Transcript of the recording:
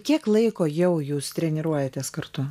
kiek laiko jau jūs treniruojatės kartu